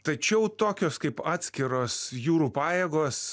tačiau tokios kaip atskiros jūrų pajėgos